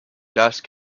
dust